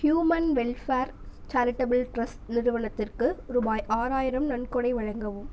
human welfare charitable trust நிறுவனத்திற்கு ரூபாய் ஆறாயிரம் நன்கொடை வழங்கவும்